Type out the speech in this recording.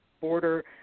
border